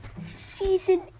season